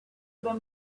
them